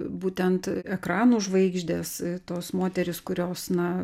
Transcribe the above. būtent ekranų žvaigždės tos moterys kurios na